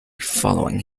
following